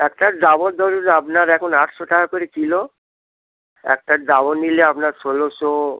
একটা ডাবর ধরুন আপনার এখন আটশো টাকা করে কিলো একটা ডাবর নিলে আপনার ষোলোশো